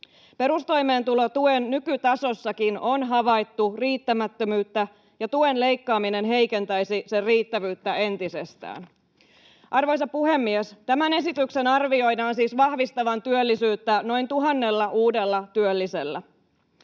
Perustoimeentulotuen nykytasossakin on havaittu riittämättömyyttä, ja tuen leikkaaminen heikentäisi sen riittävyyttä entisestään. Arvoisa puhemies! Tämän esityksen arvioidaan siis vahvistavan työllisyyttä noin tuhannella uudella työllisellä.